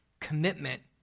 commitment